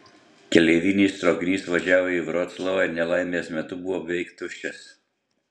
keleivinis traukinys važiavo į vroclavą ir nelaimės metu buvo beveik tuščias